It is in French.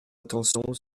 attention